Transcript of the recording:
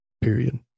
Period